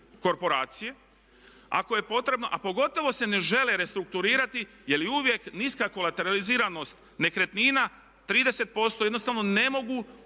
je potrebno a pogotovo se ne žele restrukturirati jer uvijek niska kolateraliziranost nekretnina 30% jednostavno ne mogu